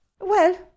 Well